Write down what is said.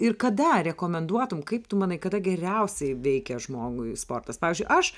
ir kada rekomenduotum kaip tu manai kada geriausiai veikia žmogui sportas pavyzdžiui aš